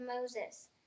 Moses